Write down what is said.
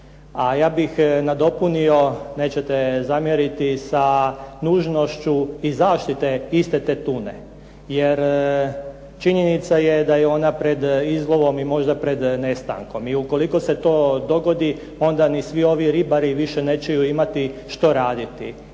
A ja bih nadopunio, nećete zamjeriti sa nužnošću i zaštite iste te tune. Jer činjenica je da je ona pred izlovom i možda pred nestankom, i ukoliko se to dogodi onda ni svi ovi ribari više nećeju imati što raditi.